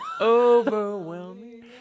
overwhelming